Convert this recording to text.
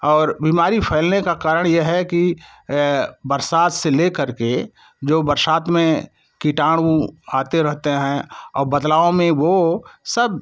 और बीमारी फैलने का कारण ये है कि बरसात से ले करके जो बरसात में कीटाणु आते रहते हैं वो बदलाव में वो सब